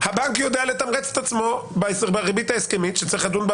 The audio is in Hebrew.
הבנק יודע לתמרץ את עצמו בריבית ההסכמית שצריך לדון בה